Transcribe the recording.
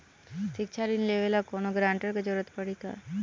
शिक्षा ऋण लेवेला कौनों गारंटर के जरुरत पड़ी का?